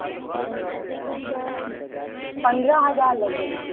इस बार पंद्रह हज़ार लगेगा